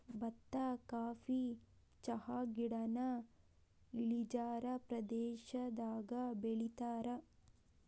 ಬತ್ತಾ ಕಾಫಿ ಚಹಾಗಿಡಾನ ಇಳಿಜಾರ ಪ್ರದೇಶದಾಗ ಬೆಳಿತಾರ